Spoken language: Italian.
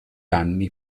anni